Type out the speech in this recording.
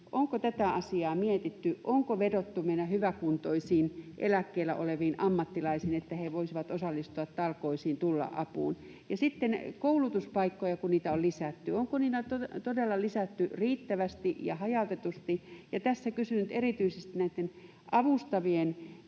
Onko tätä asiaa mietitty? Onko vedottu meidän hyväkuntoisiin eläkkeellä oleviin ammattilaisiin, että he voisivat osallistua talkoisiin, tulla apuun? Ja sitten kun koulutuspaikkoja on lisätty, niin onko niitä todella lisätty riittävästi ja hajautetusti? Ja tässä kysyn nyt erityisesti näistä avustavien